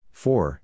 four